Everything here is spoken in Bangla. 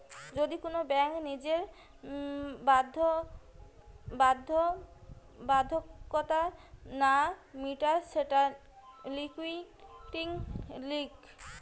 যদি কোন ব্যাঙ্ক নিজের বাধ্যবাধকতা না মিটায় সেটা লিকুইডিটি রিস্ক